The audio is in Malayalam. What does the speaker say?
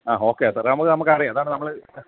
ആ ഓക്കെ സാർ അത് നമുക്ക് അറിയാം അതാണ് നമ്മള്